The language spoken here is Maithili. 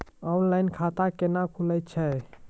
ऑनलाइन खाता केना खुलै छै?